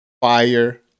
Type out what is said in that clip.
Fire